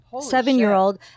seven-year-old